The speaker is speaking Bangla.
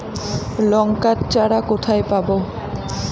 লঙ্কার চারা কোথায় পাবো?